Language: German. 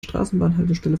straßenbahnhaltestelle